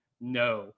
No